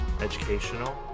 educational